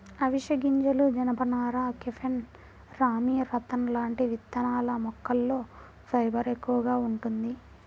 అవిశె గింజలు, జనపనార, కెనాఫ్, రామీ, రతన్ లాంటి విత్తనాల మొక్కల్లో ఫైబర్ ఎక్కువగా వుంటది